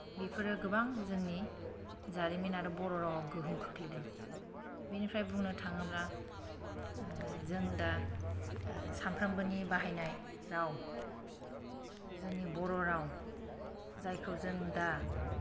बेफोरो गोबां जोंनि जारिमिन आरो बर' रावआव गोहोम खोख्लैदों बिनिफ्राय बुंनो थाङोब्ला जों दा सामफ्रामबोनि बाहायनाय राव जोंनि बर' राव जायखौ जों दा